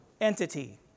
entity